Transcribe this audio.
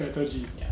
strategy